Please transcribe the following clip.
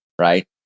right